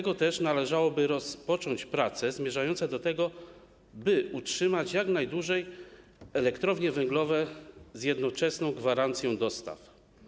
Dlatego też należałoby rozpocząć prace zmierzające do tego, by utrzymać jak najdłużej elektrownie węglowe z jednoczesną gwarancją dostaw.